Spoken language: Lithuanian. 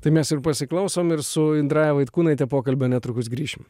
tai mes pasiklausom ir su indraja vaitkūnaite pokalbio netrukus grįšim